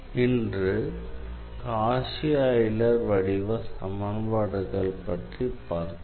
இன்று Cauchy Euler வடிவ சமன்பாடுகள் பற்றி பார்த்தோம்